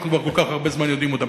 אנחנו כבר כל כך הרבה זמן יודעים אותם,